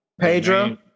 Pedro